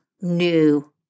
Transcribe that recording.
new